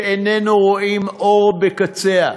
שאיננו רואים אור בקצהָ.